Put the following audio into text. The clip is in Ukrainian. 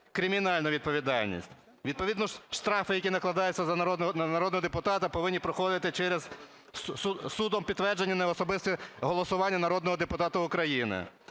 кримінальну відповідальність. Відповідно штрафи, які накладаються на народного депутата, повинні проходити через судом підтверджене неособисте голосування народного депутата України.